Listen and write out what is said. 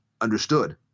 understood